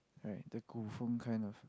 like the 古风 kind of